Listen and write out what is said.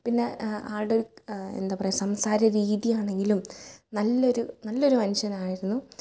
പിന്നെ ആളുടെ എന്താണ് പറയുക സംസാര രീതിയാണെങ്കിലും നല്ലൊരു നല്ലൊരു മനുഷ്യനായിരുന്നു